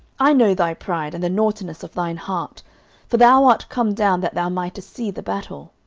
i know thy pride, and the naughtiness of thine heart for thou art come down that thou mightest see the battle.